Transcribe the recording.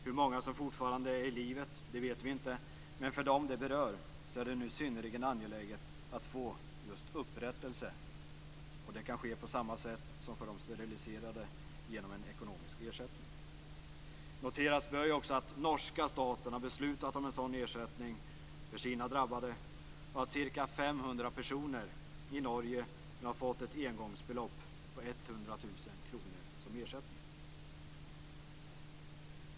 Hur många som fortfarande är i livet vet vi inte. Men för dem det berör är det synnerligen angeläget att få just upprättelse. Och det kan ske på samma sätt som för de steriliserade, genom en ekonomisk ersättning. Noteras bör också att norska staten har beslutat om en sådan ersättning för sina drabbade, och att ca 500 personer i Norge nu har fått ett engångsbelopp på 100 000 kr som ersättning.